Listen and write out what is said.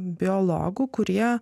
biologų kurie